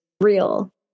real